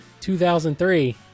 2003